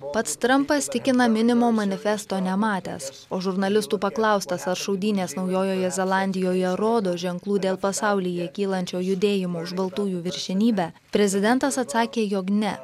pats trampas tikina minimo manifesto nematęs o žurnalistų paklaustas aš šaudynes naujojoje zelandijoje rodo ženklų dėl pasaulyje kylančio judėjimo už baltųjų viršenybę prezidentas atsakė jog ne